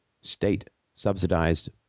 state-subsidized